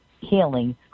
healing